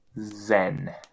Zen